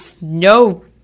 no